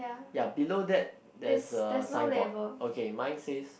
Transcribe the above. ya below that there's a signboard okay mine says